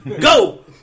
go